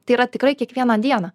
tai yra tikrai kiekvieną dieną